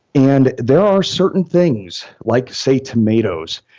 and there are certain things like, say, tomatoes,